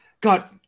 god